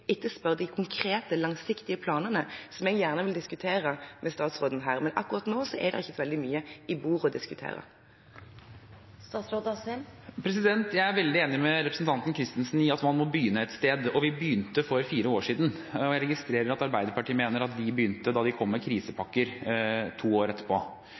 de konkrete, langsiktige planene, som jeg gjerne vil diskutere med statsråden her. Men akkurat nå er det ikke så veldig mye på bordet å diskutere. Jeg er veldig enig med representanten Christensen i at man må begynne et sted. Vi begynte for fire år siden, og jeg registrerer at Arbeiderpartiet mener at de begynte da de kom med krisepakker to år etterpå.